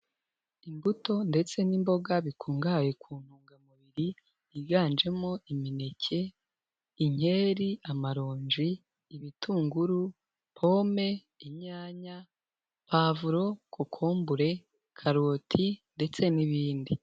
Imbuto ndetse n'imboga bikungahaye ku ntungamubiri higanjemo: imineke, inkeri, amarongi, ibitunguru, pome, inyanya, pavuro, kokombure, karoti ndetse n'ibindi.